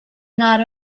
not